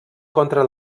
contra